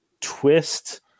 twist